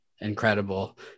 incredible